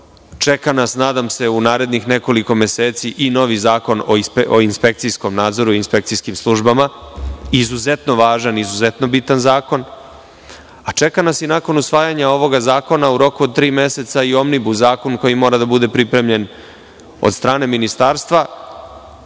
Čeka nas, nadam se, u narednih nekoliko meseci i novi zakon o inspekcijskom nadzoru i inspekcijskim službama, izuzetno važan i izuzetno bitan zakon, a čeka nas i nakon usvajanja ovoga zakona u roku od tri meseca i Omnibus zakon, koji mora da bude pripremljen od strane Ministarstva,